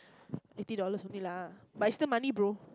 fifty dollars only lah but it's still money bro